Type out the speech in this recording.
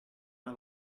una